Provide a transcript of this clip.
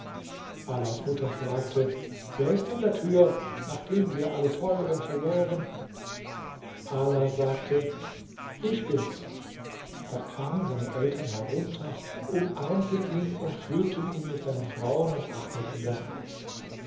alas mutter fragte wer ist an der tür nachdem wir alle teuren verloren ala sagte ich bin's da kamen seine eltern herunter umarmten ihn und führten ihn mit seinen frauen und ahmed in das haus